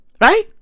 Right